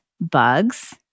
bugs